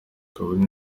kabone